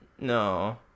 No